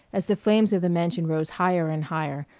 as the flames of the mansion rose higher and higher,